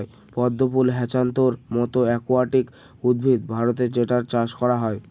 পদ্ম ফুল হ্যাছান্থর মতো একুয়াটিক উদ্ভিদ ভারতে যেটার চাষ করা হয়